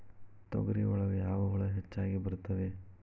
ತೊಗರಿ ಒಳಗ ಯಾವ ಹುಳ ಹೆಚ್ಚಾಗಿ ಬರ್ತವೆ?